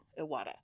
Iwata